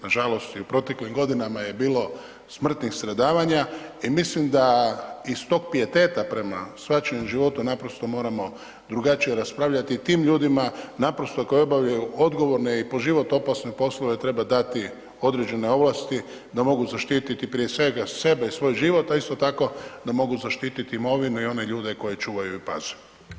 Nažalost i u proteklim godinama je bilo smrtnih stradavanja i mislim da iz tog pijeteta prema shvaćanju života, naprosto moramo drugačije raspravljati i tim ljudima naprosto, koji obavljaju odgovorne i po život opasne poslove treba dati određene ovlasti da mogu zaštititi prije svega, sebe i svoj život, a isto tako da mogu zaštititi imovinu i one ljude koje čuvaju i paze.